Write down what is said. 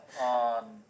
on